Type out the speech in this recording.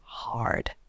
hard